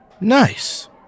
Nice